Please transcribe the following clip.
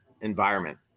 environment